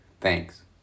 Thanks